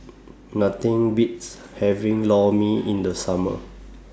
Nothing Beats having Lor Mee in The Summer